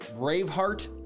Braveheart